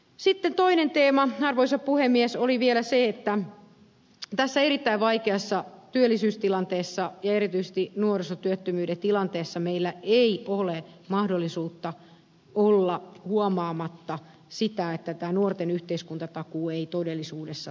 sitten toinen teema arvoisa puhemies oli vielä se että tässä erittäin vaikeassa työllisyystilanteessa ja erityisesti nuorisotyöttömyyden tilanteessa meillä ei ole mahdollisuutta olla huomaamatta sitä että tämä nuorten yhteiskuntatakuu ei todellisuudessa toimi